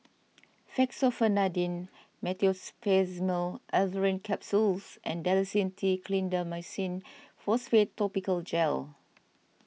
Fexofenadine Meteospasmyl Alverine Capsules and Dalacin T Clindamycin Phosphate Topical Gel